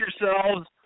yourselves